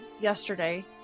yesterday